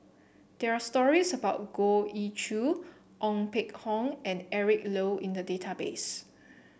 there are stories about Goh Ee Choo Ong Peng Hock and Eric Low in the database